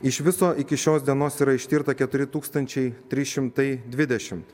iš viso iki šios dienos yra ištirta keturi tūkstančiai trys šimtai dvidešimt